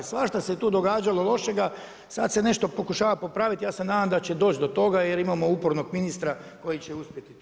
Svašta se tu događalo lošega, sad se nešto pokušava popraviti, ja se nadam da će doći do toga, jer imamo upornog ministra koji će uspjeti to.